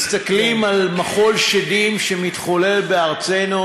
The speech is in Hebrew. מסתכלים על מחול שדים שמתחולל בארצנו,